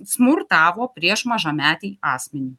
smurtavo prieš mažametį asmenį